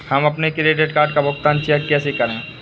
हम अपने credit card का भुगतान चेक से कैसे करें?